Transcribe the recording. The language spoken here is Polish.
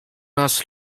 nas